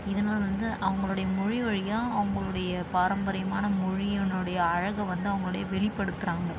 இதனால வந்து அவங்களுடைய மொழி வழியாக அவங்களுடைய பாரம்பரியமான மொழியினுடைய அழகை வந்து அவங்களுடைய வெளிப்படுத்துகிறாங்க